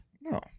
No